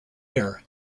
hair